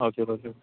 हजुर हजुर